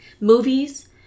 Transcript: Movies